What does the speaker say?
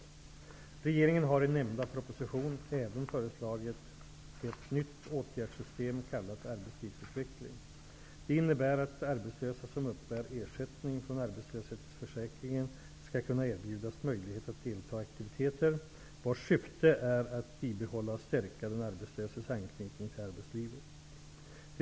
Regeringen har i nämnda proposition även föreslagit ett nytt åtgärdssystem, kallat ''Arbetslivsutveckling''. Det innebär att arbetslösa som uppbär ersättning från arbetslöshetsförsäkringen skall kunna erbjudas möjligheter att delta i aktiviteter, vars syfte är att bibehålla och stärka den arbetslöses anknytning till arbetslivet.